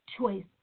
choice